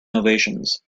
ovations